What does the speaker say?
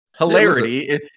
Hilarity